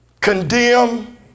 condemn